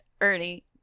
Ernie